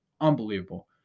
unbelievable